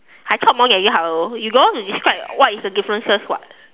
I talk more than you hello you don't want to describe what is the differences [what]